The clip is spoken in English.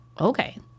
Okay